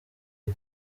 iyi